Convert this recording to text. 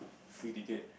free ticket